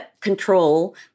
control